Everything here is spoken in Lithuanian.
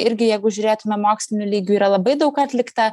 irgi jeigu žiūrėtume moksliniu lygiu yra labai daug atlikta